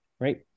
right